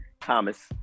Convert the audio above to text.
Thomas